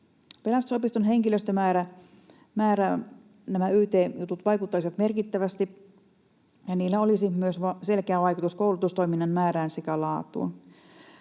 Pelastusopiston henkilöstömäärään nämä yt-jutut vaikuttaisivat merkittävästi, ja niillä olisi myös selkeä vaikutus koulutustoiminnan määrään sekä laatuun.